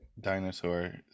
dinosaur